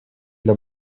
для